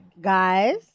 Guys